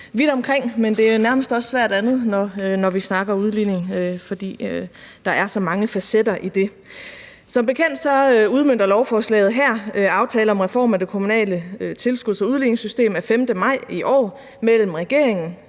vidt omkring, men det er nærmest også svært andet, når vi snakker udligning, fordi der er så mange facetter i det. Som bekendt udmønter lovforslaget her aftale om reform af det kommunale tilskuds- og udligningssystem af 5. maj i år mellem regeringen,